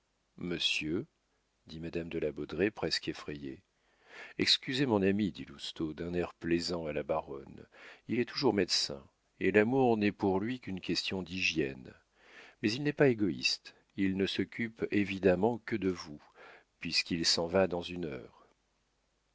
monsieur dit madame de la baudraye presque effrayée excusez mon ami dit lousteau d'un air plaisant à la baronne il est toujours médecin et l'amour n'est pour lui qu'une question d'hygiène mais il n'est pas égoïste il ne s'occupe évidemment que de vous puisqu'il s'en va dans une heure